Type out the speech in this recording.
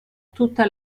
tutta